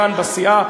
כאן בסיעה,